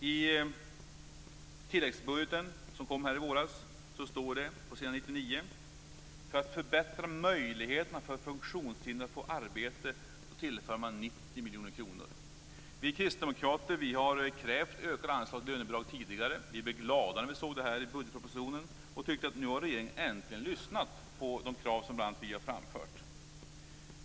I tilläggsbudgeten som kom i våras står det på s. 99 att man tillför 90 miljoner kronor för att förbättra möjligheterna för funktionshindrade att få arbete. Vi kristdemokrater har krävt ökade anslag till lönebidrag tidigare. Vi blev glada när vi såg detta i budgetpropositionen och tyckte att regeringen nu äntligen lyssnat på de krav som bl.a. vi har framfört.